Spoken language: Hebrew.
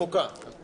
הצבעה ההצעה אושרה.